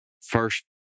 first